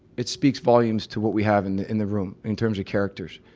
it speaks volumes to what we have in the in the room in terms of characters.